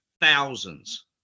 thousands